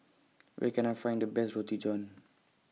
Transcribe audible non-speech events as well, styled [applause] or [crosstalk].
[noise] Where Can I Find The Best Roti John